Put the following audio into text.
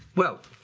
well,